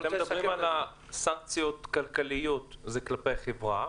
מדברים על סנקציות כלכליות זה כלפי החברה,